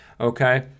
Okay